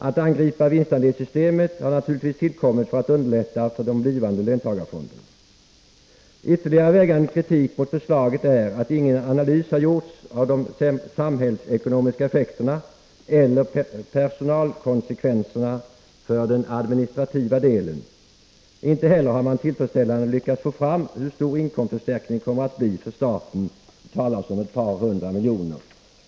Att man angriper vinstandelssystemet har naturligtvis sin grund i att man vill underlätta för de blivande löntagarfonderna. Ytterligare vägande kritik mot förslaget är att ingen analys har gjorts av de samhällsekonomiska effekterna eller personalkonsekvenserna för den administrativa delen. Inte heller har man tillfredsställande lyckats få fram hur stor inkomstförstärkningen kommer att bli för staten — det talas om ett par hundra miljoner.